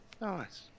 Nice